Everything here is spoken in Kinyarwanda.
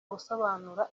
gusobanura